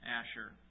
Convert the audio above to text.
Asher